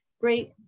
great